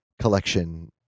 collection